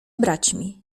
braćmi